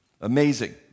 Amazing